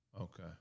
Okay